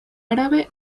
árabe